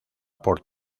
por